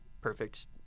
perfect